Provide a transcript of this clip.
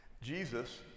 Jesus